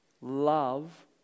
Love